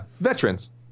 Veterans